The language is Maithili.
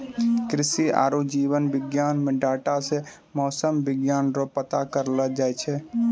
कृषि आरु जीव विज्ञान मे डाटा से मौसम विज्ञान रो पता करलो जाय छै